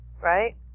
right